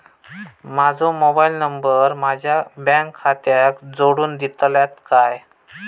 माजो mobile number माझ्या bank खात्याक जोडून दितल्यात काय?